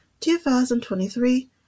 2023